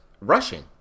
rushing